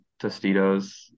Tostitos